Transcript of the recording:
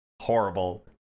horrible